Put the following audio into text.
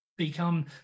become